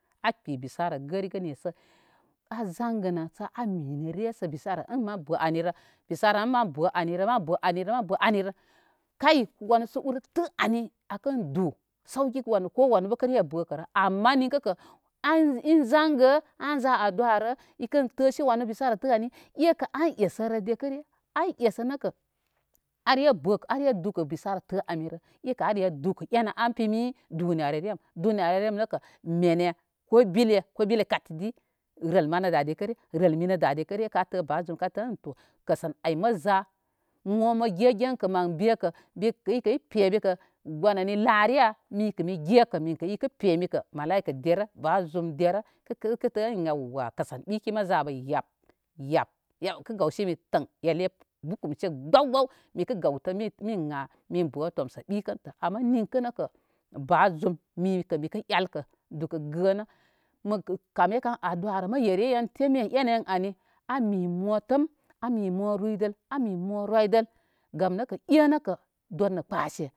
A kpi bisara gərigə ni sə a zangənə sə a minəre bisara in mən bə ni anirə mən bə anirə, mən bə ni anirə mən bə anirə, mən bə anirə, mən bə amirə kay sə wansə ur tə anirə mə du sauki kowanə áré bərkərə ama ninkə kə an zangə an za aduwarə ikən tə si wani bisara təsi ay ekə an esərə dikəre. An esə nə kə are dukə wanə bisara tə anirə, ekə aredukə enə am pimi duniyarə ream. Duniyarə rem nəkə menə ko bilə ko bilə kay tidi rəl mənəda dikəre, rəl mini da dikəre, rəl mini da dikəre ka tə ba zuwi ka tə ən kəsən ay məzə mə mo ge gen kə mən be kə kəyi pemi lare ya? Mikə mi gekə ikə pemikə malaika derə kə tə ən yawwa kəsən ɓikini məza abə yaw yaw kə gawsimi təŋ nə yele bukumsi gbaw gbaw mikə gawtə min a min bə təmsə ɓikəntə ama nin kə nə kə ba zum mipə elkə nə dukə gənə mə kəme kam aduwarə mə yeriyen teme ene ani motəm a mi mo ruydəl, ami mo roydəl gam nəkə ékə dor nə kpəse.